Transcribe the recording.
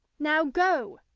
now go.